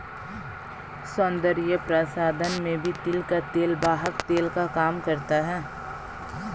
सौन्दर्य प्रसाधन में भी तिल का तेल वाहक तेल का काम करता है